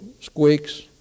squeaks